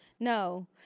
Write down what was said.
No